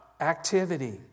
activity